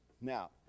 Now